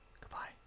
Goodbye